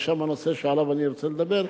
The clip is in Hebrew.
ושם הנושא שעליו אני ארצה לדבר.